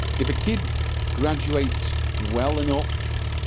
if a kid graduates well enough